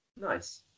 Nice